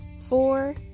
four